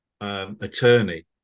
attorney